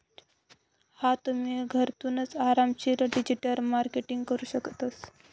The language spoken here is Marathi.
हा तुम्ही, घरथूनच आरामशीर डिजिटल मार्केटिंग करू शकतस